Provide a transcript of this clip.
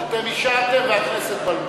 אתם אישרתם והכנסת בלמה.